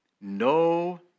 No